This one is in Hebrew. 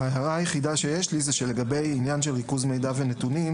ההערה היחידה שיש לי היא שלגבי עניין ריכוז מידע ונתונים,